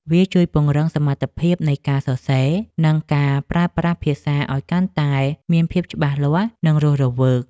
វាជួយពង្រឹងសមត្ថភាពនៃការសរសេរ និងការប្រើប្រាស់ភាសាឱ្យកាន់តែមានភាពច្បាស់លាស់ និងរស់រវើក។